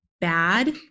bad